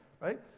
right